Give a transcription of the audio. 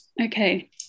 Okay